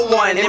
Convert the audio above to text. one